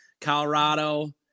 Colorado